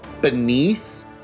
beneath